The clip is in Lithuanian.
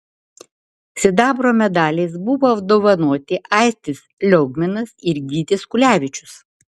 sidabro medaliais buvo apdovanoti aistis liaugminas ir gytis kulevičius